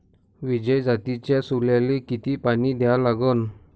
विजय जातीच्या सोल्याले किती पानी द्या लागन?